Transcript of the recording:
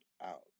out